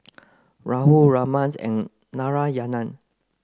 Rahul Ramnath and Narayana